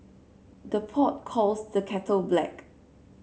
the pot calls the kettle black